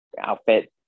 outfit